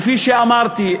כפי שאמרתי,